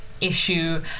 issue